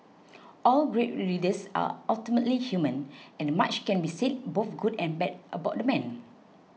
all great leaders are ultimately human and much can be said both good and bad about the man